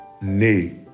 Nay